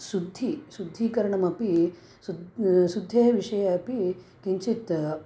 शुद्धिः शुद्धीकरणमपि सुद् शुद्धेः विषये अपि किञ्चित्